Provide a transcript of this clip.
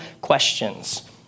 questions